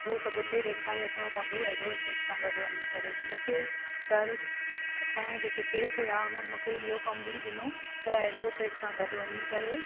उहो सभु हुते ॾेखारे अचणो पवंदो हुओ एडवोकेट्स सां गॾु वञी करे त मूंखे सर असांजा जेके सेठ हुया हुननि मूंखे इहो कमु बि ॾिनो त एडवोकेट्स सां गॾु वञी करे